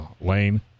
lane